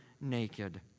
naked